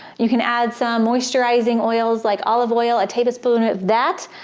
you can add some moisturizing oils like olive oil, a tablespoon of that,